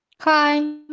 Hi